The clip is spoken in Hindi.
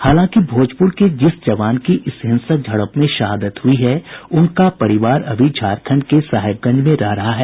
हालांकि भोजपुर के जिस जवान की इस हिंसक झड़प में शहादत हुई है उनका परिवार अभी झारखंड के साहेबगंज में रह रहा है